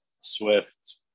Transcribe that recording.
Swift